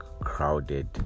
crowded